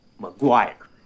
mcguire